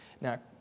Now